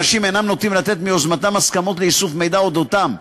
אנשים אינם נוטים לתת מיוזמתם הסכמה לאיסוף מידע עליהם,